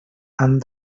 han